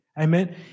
Amen